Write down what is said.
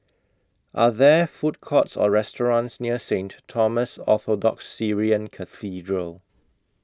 Are There Food Courts Or restaurants near Saint Thomas Orthodox Syrian Cathedral